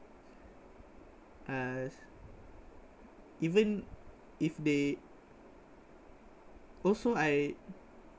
uh even if they also I